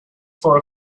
for